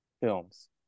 films